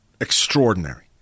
extraordinary